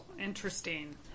interesting